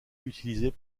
utilisées